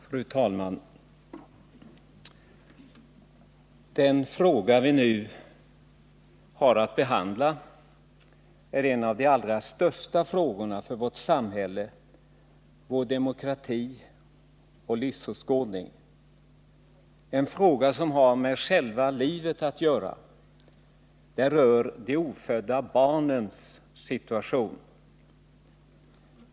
Fru talman! Den fråga vi nu har att behandla är en av de allra största frågorna för vårt samhälle, vår demokrati och vår livsåskådning — en fråga som har med själva livet att göra. Den rör de ofödda barnens situation.